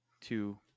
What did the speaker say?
two